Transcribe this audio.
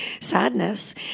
sadness